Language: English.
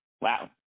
Wow